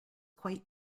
quite